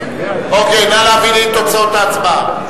טוב, נא להביא לי את תוצאות ההצבעה.